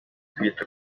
kwita